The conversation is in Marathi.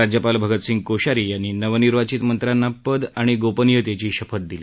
राज्यपाल भगतसिंग कोश्यारी नवनिर्वाचित मंत्र्यांना पद आणि गोपनियतेची शपथ दिली